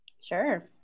Sure